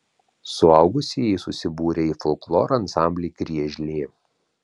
suaugusieji susibūrę į folkloro ansamblį griežlė